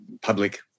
public